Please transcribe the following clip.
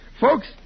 Folks